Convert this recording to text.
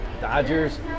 Dodgers